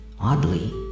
oddly